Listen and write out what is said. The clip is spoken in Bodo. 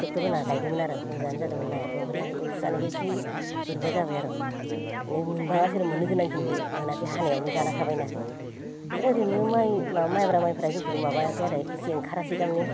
ट्रेक्ट'र होनानै गायदोंमोन आरो मोजांआनो जादों माइयाथ' ओमफ्राय आरो इम्फौ जानायखाय इसे बोरैबा जाबाय आरो माने मोनबाङासै आरो मोननो गोनांखिनिखौ मोनासै हानायावनो जाना थाबायना ओमफ्राय ओरैनो माइ मायब्रा माइफ्रा किन्थु माबायाखै आरो एसे ओंखारासै दा माने